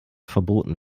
verboten